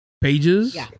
pages